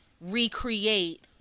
recreate